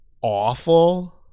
awful